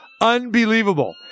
Unbelievable